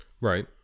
Right